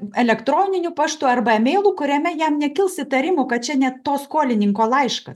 elektroniniu paštu arba emeilu kuriame jam nekils įtarimų kad čia ne to skolininko laiškas